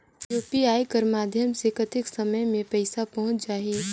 UPI कर माध्यम से कतेक समय मे पइसा पहुंच जाहि?